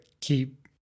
keep